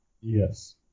Yes